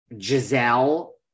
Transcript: Giselle